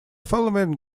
following